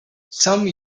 some